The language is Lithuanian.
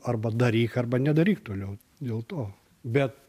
arba daryk arba nedaryk toliau dėl to bet